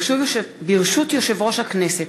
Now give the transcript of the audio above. ברשות יושב-ראש הכנסת,